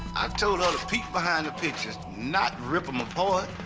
i told her to peep behind the pictures, not rip them apart.